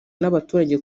n’abaturage